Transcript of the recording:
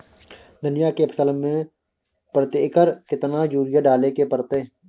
धनिया के फसल मे प्रति एकर केतना यूरिया डालय के परतय?